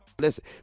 Listen